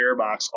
airbox